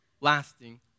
lasting